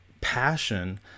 passion